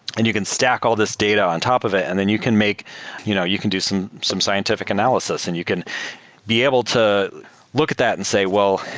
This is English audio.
and you can stack all this data on top of it and then you can make you know you can do some some scientific analysis and you can be able to look at that and say, well,